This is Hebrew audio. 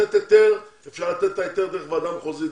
לתת היתר אפשר לתת אותו דרך ועדה מחוזית.